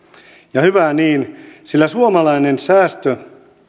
ja hyvä niin sillä suomalainen